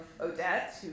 Odette